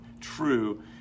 true